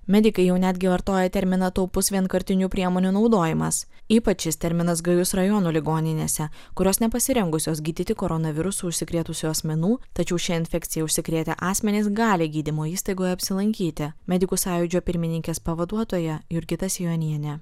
medikai jau netgi vartoja terminą taupus vienkartinių priemonių naudojimas ypač šis terminas gajus rajonų ligoninėse kurios nepasirengusios gydyti koronavirusu užsikrėtusių asmenų tačiau šia infekcija užsikrėtę asmenys gali gydymo įstaigoje apsilankyti medikų sąjūdžio pirmininkės pavaduotoja jurgita sejonienė